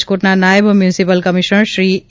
રાજકોટના નાયબ municipal commissioner Shri એ